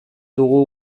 dugu